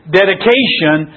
dedication